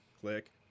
click